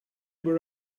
were